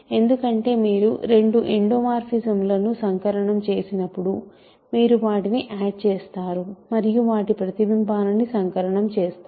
ఎందుకంటే మీరు రెండు ఎండోమోర్ఫిజాలను సంకలనం చేసినప్పుడు మీరు వాటిని ఆడ్ చేస్తారు మరియు వాటి ప్రతిబింబాలని సంకలనం చేస్తారు